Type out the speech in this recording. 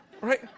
Right